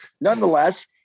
nonetheless